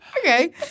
okay